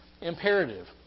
imperative